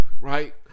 right